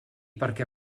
perquè